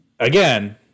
Again